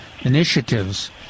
initiatives